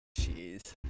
Jeez